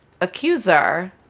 accuser